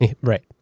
Right